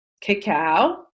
cacao